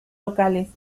locales